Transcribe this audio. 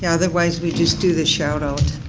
yeah otherwise we just do the shout out.